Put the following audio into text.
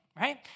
right